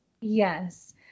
Yes